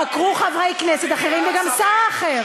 חקרו חברי כנסת אחרים וגם שר אחר.